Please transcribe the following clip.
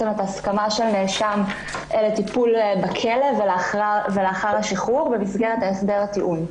ההסכמה של נאשם לטיפול בכלא ולאחר השחרור במסגרת הסדר הטיעון.